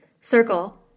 Circle